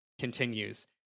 Continues